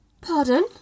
Pardon